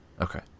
Okay